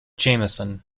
jamison